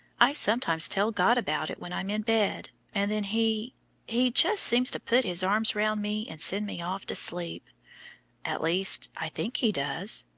i sometimes tell god about it when i'm in bed, and then he he just seems to put his arms round me and send me off to sleep at least, i think he does.